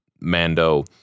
Mando